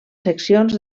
seccions